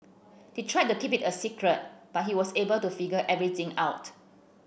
they tried to keep it a secret but he was able to figure everything out